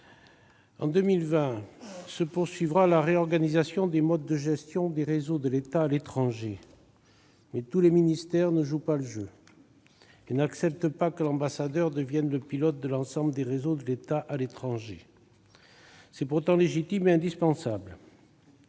En 2020 se poursuivra la réorganisation des modes de gestion des réseaux de l'État à l'étranger. Mais tous les ministères ne jouent pas le jeu et n'acceptent pas que l'ambassadeur devienne le pilote de l'ensemble des réseaux de l'État à l'étranger. C'est pourtant légitime et indispensable.